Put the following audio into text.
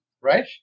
Right